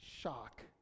shock